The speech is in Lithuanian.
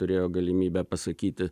turėjo galimybę pasakyti